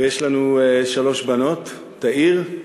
ויש לנו שלוש בנות: תאיר,